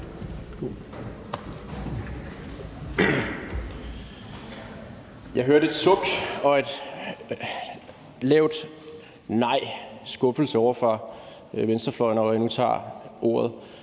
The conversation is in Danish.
Jeg hørte et suk og et lavmælt »nej« sagt i skuffelse ovre fra venstrefløjen over, at jeg nu tager ordet.